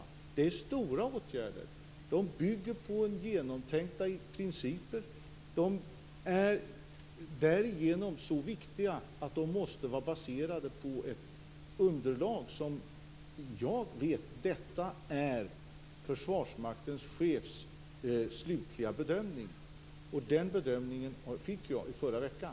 Det är stora åtgärder. De bygger på genomtänkta principer. De är därigenom så viktiga att de måste vara baserade på ett underlag som jag vet är Försvarsmaktens chefs slutliga bedömning, och den bedömningen fick jag i förra veckan.